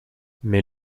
mais